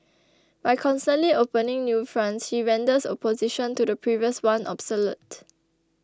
by constantly opening new fronts he renders opposition to the previous one obsolete